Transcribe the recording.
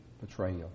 betrayal